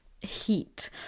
heat